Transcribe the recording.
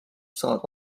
saavad